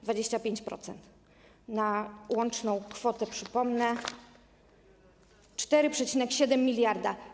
25% na łączną kwotę, przypomnę, 4,7 mld.